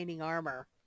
armor